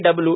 W